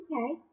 Okay